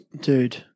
Dude